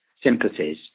sympathies